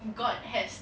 god has